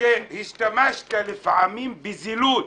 -- שהשתמשת לפעמים בזילות,